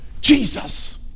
Jesus